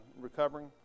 recovering